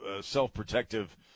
self-protective